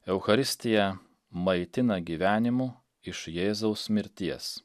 eucharistija maitina gyvenimu iš jėzaus mirties